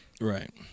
Right